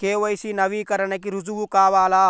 KYC నవీకరణకి రుజువు కావాలా?